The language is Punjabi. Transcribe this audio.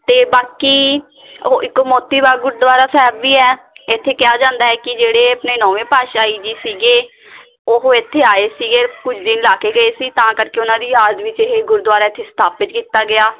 ਅਤੇ ਬਾਕੀ ਉਹ ਇੱਕ ਉਹ ਮੋਤੀ ਬਾਗ ਗੁਰਦੁਆਰਾ ਸਾਹਿਬ ਵੀ ਹੈ ਇੱਥੇ ਕਿਹਾ ਜਾਂਦਾ ਹੈ ਕਿ ਜਿਹੜੇ ਆਪਣੇ ਨੌਵੇਂ ਪਾਤਸ਼ਾਹੀ ਜੀ ਸੀਗੇ ਉਹ ਇੱਥੇ ਆਏ ਸੀਗੇ ਕੁਝ ਦਿਨ ਲਾ ਕੇ ਗਏ ਸੀ ਤਾਂ ਕਰਕੇ ਉਹਨਾਂ ਦੀ ਯਾਦ ਵਿੱਚ ਇਹ ਗੁਰਦੁਆਰਾ ਇੱਥੇ ਸਥਾਪਿਤ ਕੀਤਾ ਗਿਆ